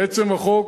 לעצם החוק.